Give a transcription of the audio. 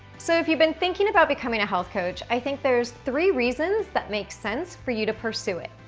so if you've been thinking about becoming a health coach i think there is three reasons that make sense for you to pursue it.